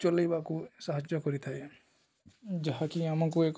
ଚଲେଇବାକୁ ସାହାଯ୍ୟ କରିଥାଏ ଯାହାକି ଆମକୁ ଏକ